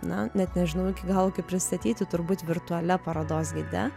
na net nežinau iki galo kaip pristatyti turbūt virtualia parodos gide